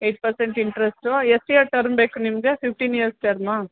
eight percent interest ಎಷ್ಟು year term ಬೇಕು ನಿಮಗೆ ಫಿಫ್ಟೀನ್ ಇಯರ್ಸ್ ಟರ್ಮಾ